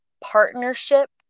partnership